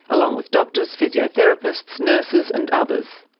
along with doctors, physiotherapists, nurses and others.